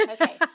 Okay